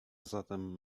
zatem